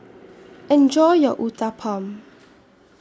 Enjoy your Uthapam